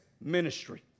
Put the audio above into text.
ministry